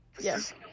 Yes